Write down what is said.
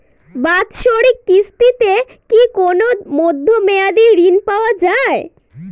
বাৎসরিক কিস্তিতে কি কোন মধ্যমেয়াদি ঋণ পাওয়া যায়?